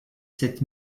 sept